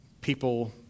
people